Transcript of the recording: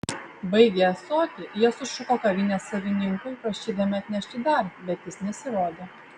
baigę ąsotį jie sušuko kavinės savininkui prašydami atnešti dar bet jis nesirodė